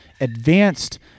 advanced